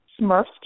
Smurf's